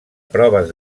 proves